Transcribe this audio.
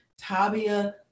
Tabia